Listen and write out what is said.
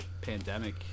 pandemic